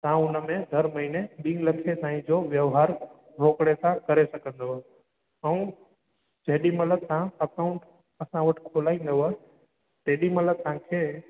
तव्हां उनमें हर महीने ॿी लखें ताईं जो व्यवहारु रोकड़े सां करे सघंदव ऐं जेॾीमहिल तव्हां अकाउंट असां वटि खोलाइंदव तेॾीमहिल तव्हांखे